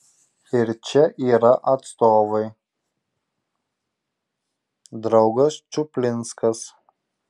ir čia yra atstovai draugas čuplinskas